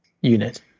unit